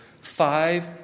five